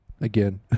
again